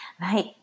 Right